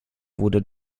wurde